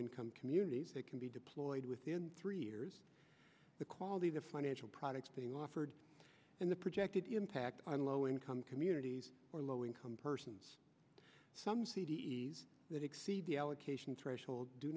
income communities that can be deployed within three years the quality of the financial products being offered and the projected impact on low income communities or low income persons some c d s that exceed the allocation threshold do